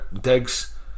digs